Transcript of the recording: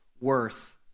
worth